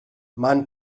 man